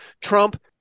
Trump